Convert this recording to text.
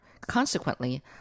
Consequently